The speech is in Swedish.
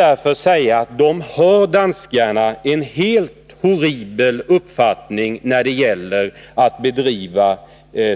Låt oss vara överens om att danskarna har en helt horribel uppfattning när det gäller angelägenheten av att bedriva